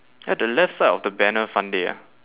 at the left side of the banner fun day ah